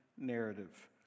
narrative